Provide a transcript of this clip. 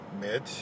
Mitch